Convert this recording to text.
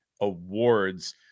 awards